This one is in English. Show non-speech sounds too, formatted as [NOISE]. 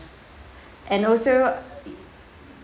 [BREATH] and also